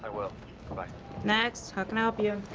i will. bye-bye. next. how can i help you?